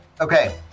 Okay